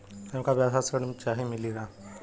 हमका व्यवसाय ऋण चाही मिली का?